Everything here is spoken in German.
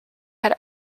hat